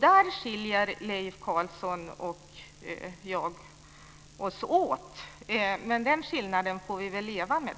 Där skiljer Leif Carlson och jag oss åt, men den skillnaden får vi väl leva med.